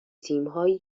تیمهایی